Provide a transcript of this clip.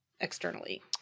externally